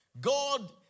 God